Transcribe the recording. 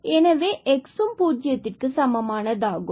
இதுவும் x பூஜ்யத்திற்கு சமமானதாகும்